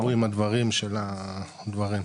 תודה רבה.